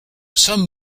some